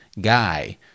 guy